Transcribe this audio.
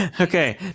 Okay